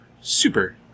super